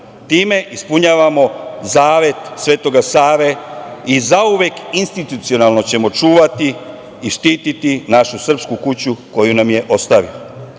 time ispunjavamo zavet Svetoga Save i zauvek institucionalno ćemo čuvati i štiti našu srpsku kuću koju nam je